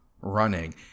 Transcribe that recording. running